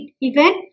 event